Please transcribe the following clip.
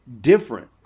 different